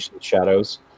shadows